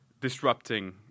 disrupting